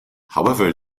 however